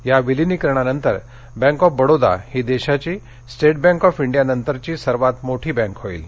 या विलीनीकरणानंतर bank of Baroda ही देशाची स्टेट बँक ऑफ इंडीयानंतरची सर्वात मोठी बँक होईल